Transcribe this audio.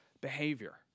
behavior